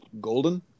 golden